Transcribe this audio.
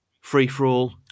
Free-for-all